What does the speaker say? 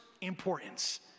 importance